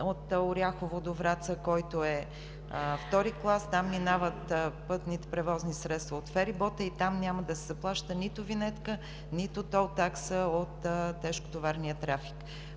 от Оряхово до Враца, който е втори клас. Там минават пътните превозни средства от ферибота – и там няма да се заплаща нито винетка, нито тол такса от тежкотоварния трафик,